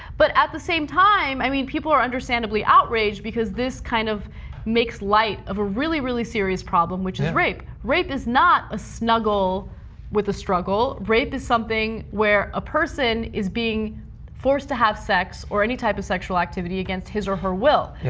but, at the same time, i mean, people are understandably outraged, because this kind of makes light of a really, really serious problem, which is rape. rape is not a struggle with a struggle. rape is something where a person is being forced forced to have sex or any type of sexual activity against his or her will.